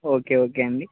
okay okay అండి